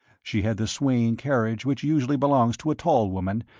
she had the swaying carriage which usually belongs to a tall woman,